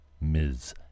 Ms